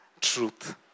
truth